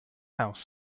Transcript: house